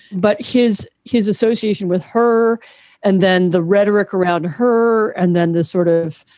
but his his association with her and then the rhetoric around her. and then this sort of,